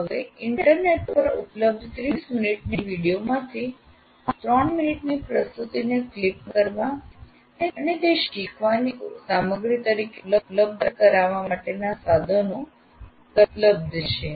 હવે ઇન્ટરનેટ પર ઉપલબ્ધ 30 મિનિટની વિડિઓ માંથી 3 મિનિટની પ્રસ્તુતિને ક્લિપ કરવા અને તે શીખવાની સામગ્રી તરીકે ઉપલબ્ધ કરાવવા માટેનાં સાધનો ઉપલબ્ધ છે